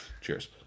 Cheers